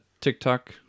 tiktok